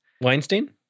Weinstein